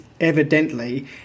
evidently